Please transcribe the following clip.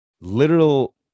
literal